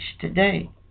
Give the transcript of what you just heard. today